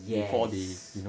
yes